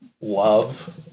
love